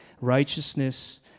Righteousness